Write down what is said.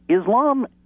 Islam